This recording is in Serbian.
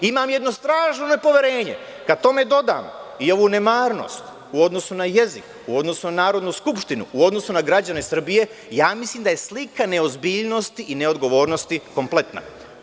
Imam jedno strašno nepoverenje, kada tome dodam i ovu nemarnost u odnosu na jezik, u odnosu na Narodnu skupštinu, u odnosu na građane Srbije, mislim da je slika neozbiljnosti i neodgovornosti kompletna.